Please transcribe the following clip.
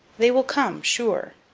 they will come, sure.